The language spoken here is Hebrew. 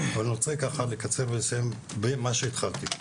אבל אני רוצה לקצר ולסיים במה שהתחלתי.